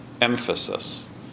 emphasis